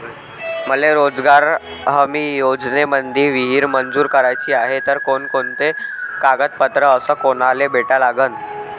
मले रोजगार हमी योजनेमंदी विहीर मंजूर कराची हाये त कोनकोनते कागदपत्र अस कोनाले भेटा लागन?